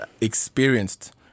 experienced